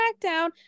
SmackDown